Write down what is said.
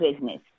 business